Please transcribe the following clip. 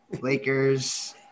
Lakers